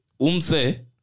Umse